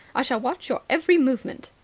i shall watch your every movement.